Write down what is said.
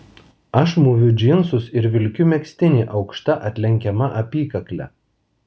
aš mūviu džinsus ir vilkiu megztinį aukšta atlenkiama apykakle